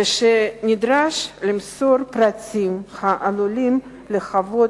ושנדרש למסור פרטים העלולים להוות